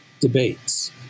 debates